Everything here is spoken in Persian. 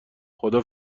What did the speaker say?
خدا